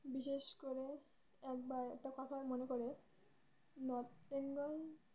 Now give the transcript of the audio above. বিশেষ করে একবার একটা কথা মনে পড়ে নর্থ বেঙ্গল